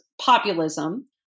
populism